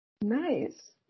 Nice